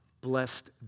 blessed